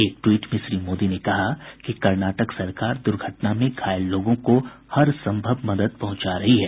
एक ट्वीट में श्री मोदी ने कहा कि कर्नाटक सरकार दुर्घटना में घायल लोगों को हर संभव मदद पहुंचा रही है